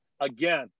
again